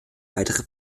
weitere